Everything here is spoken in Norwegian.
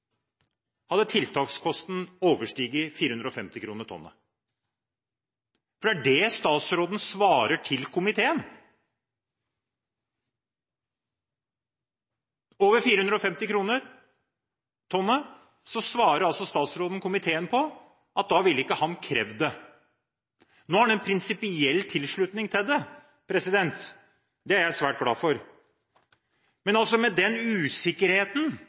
hadde oversteget 450 kr tonnet, for det er det statsråden svarer til komiteen. Statsråden sier i sitt svar til komiteen at om tiltakskosten hadde vært over 450 kr tonnet, ville han ikke krevd det. Nå er det en prinsipiell tilslutning til det. Det er jeg svært glad for. Men med den usikkerheten,